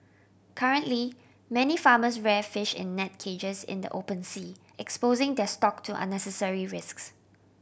currently many farmers rear fish in net cages in the open sea exposing their stock to unnecessary risks